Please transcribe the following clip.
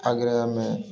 ଆଗରେ ଆମେ